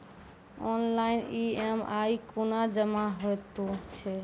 Online EMI कूना जमा हेतु छै?